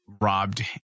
robbed